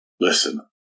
Listen